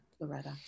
Loretta